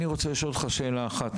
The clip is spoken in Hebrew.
אני רוצה לשאול אותך שאלה אחת.